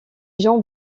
jean